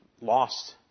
lost